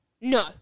no